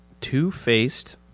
two-faced